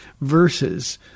verses